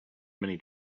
many